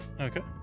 Okay